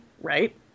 right